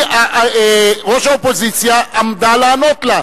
ראש האופוזיציה עמדה לענות לה,